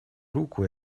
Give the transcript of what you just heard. руку